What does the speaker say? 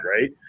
right